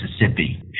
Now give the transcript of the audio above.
Mississippi